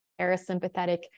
parasympathetic